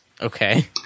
Okay